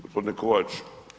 G. Kovač.